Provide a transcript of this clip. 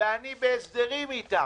ואני בהסדרים איתם,